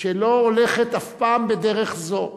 שלא הולכת אף פעם בדרך זו,